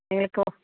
எங்களுக்கு ஒ